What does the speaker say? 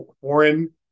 foreign